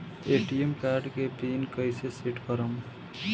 ATM card के pin कैसे set करम?